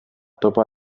topa